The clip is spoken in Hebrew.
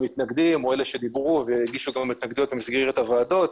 המתנגדים או אלה שדיברו והגישו התנגדויות במסגרת הועדות,